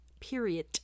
Period